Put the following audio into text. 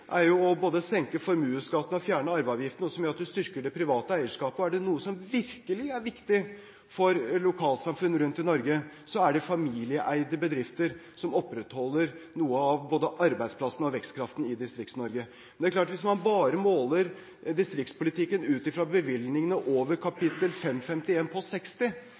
er både å senke formuesskatten og fjerne arveavgiften, noe som gjør at man styrker det private eierskapet. Er det noe som virkelig er viktig for lokalsamfunn rundt i Norge, er det familieeide bedrifter som opprettholder både noen av arbeidsplassene og noe av vekstkraften i Distrikts-Norge. Men det er klart at hvis man bare måler distriktspolitikken ut fra bevilgningene over kapittel 551 post 60,